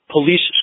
Police